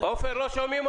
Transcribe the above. ואת